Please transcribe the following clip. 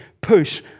push